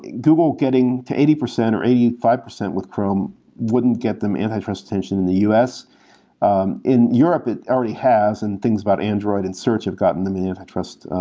google getting to eighty percent or eighty five percent with chrome wouldn't get them anti-trust attention in the u s um in europe, it already has and things about android and search have gotten them in the anti-trust